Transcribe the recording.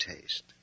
taste